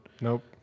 Nope